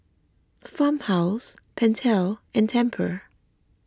Farmhouse Pentel and Tempur